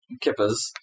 Kippers